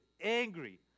angry